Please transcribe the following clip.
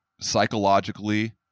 psychologically